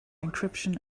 encryption